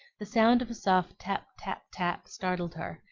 the sound of a soft tap, tap, tap, startled her,